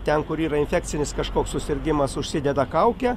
ten kur yra infekcinis kažkoks susirgimas užsideda kaukę